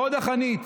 חוד החנית.